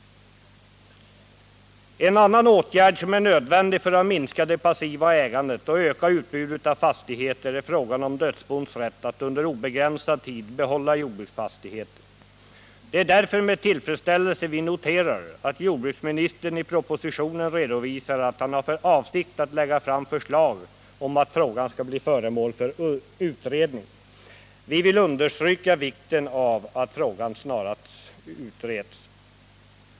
En annan åtgärd som är nödvändig för att minska det passiva ägandet och öka utbudet av fastigheter är frågan om dödsbons rätt att under obegränsad tid behålla jordbruksfastigheter. Det är därför med tillfredsställelse vi noterar att jordbruksministern i propositionen redovisar att han har för avsikt att lägga fram förslag om att frågan skall bli föremål för utredning. Vi vill understryka vikten av att frågan snarast utreds.